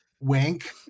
wink